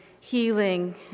healing